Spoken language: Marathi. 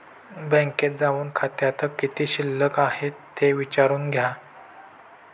बँकेत जाऊन खात्यात किती शिल्लक आहे ते विचारून घ्या